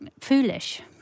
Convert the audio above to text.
foolish